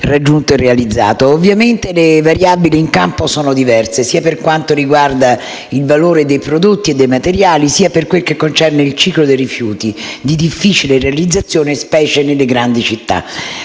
raggiunto e realizzato. Ovviamente le variabili in campo sono diverse sia per quanto riguarda il valore dei prodotti e dei materiali sia per quel che concerne il ciclo dei rifiuti, di difficile realizzazione, specie nelle grandi città.